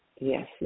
Yes